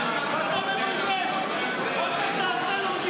ואתה מבלבל לו במוח.